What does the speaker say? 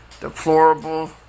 deplorable